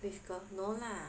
we've got no lah